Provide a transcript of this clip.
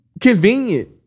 convenient